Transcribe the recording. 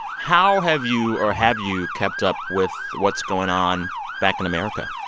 how have you or have you kept up with what's going on back in america?